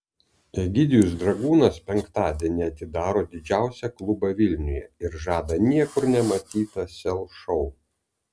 egidijus dragūnas penktadienį atidaro didžiausią klubą vilniuje ir žada niekur nematytą sel šou